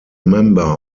member